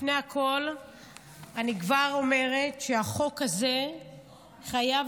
לפני הכול אני כבר אומרת שהחוק הזה חייב